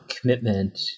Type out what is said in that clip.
commitment